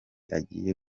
agiye